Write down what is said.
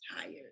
tired